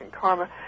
karma